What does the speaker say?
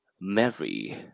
Mary